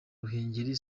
ruhengeri